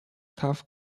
tough